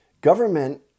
Government